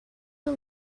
you